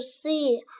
see